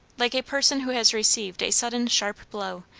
like a person who has received a sudden sharp blow,